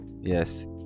yes